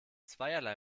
zweierlei